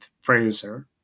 Fraser